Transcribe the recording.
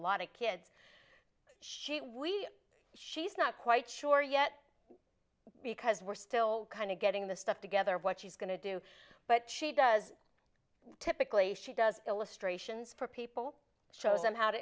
lot of kids she we she's not quite sure yet because we're still kind of getting the stuff together what she's going to do but she does typically she does illustrations for people shows them how to